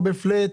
לא בפלאט,